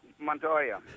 Montoya